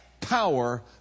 power